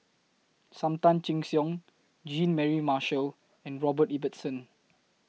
SAM Tan Chin Siong Jean Mary Marshall and Robert Ibbetson